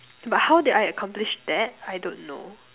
but how did I accomplish that I don't know